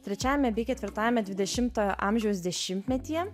trečiajame bei ketvirtajame dvidešimojo amžiaus dešimtmetyje